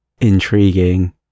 Intriguing